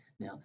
Now